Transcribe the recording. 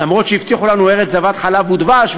אף שהבטיחו לנו ארץ זבת חלב ודבש,